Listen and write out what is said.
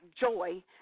joy